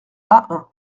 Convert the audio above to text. ahun